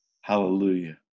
hallelujah